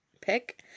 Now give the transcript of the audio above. pick